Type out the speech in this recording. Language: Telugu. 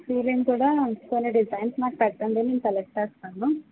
సీలింగ్ కూడా కొన్ని డిజైన్స్ మాకు పెట్టండి నేను సెలెక్ట్ చేస్తాను